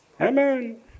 Amen